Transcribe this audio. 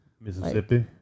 Mississippi